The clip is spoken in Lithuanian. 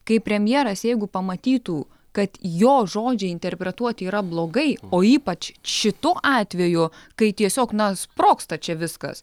kaip premjeras jeigu pamatytų kad jo žodžiai interpretuoti yra blogai o ypač šitu atveju kai tiesiog na sprogsta čia viskas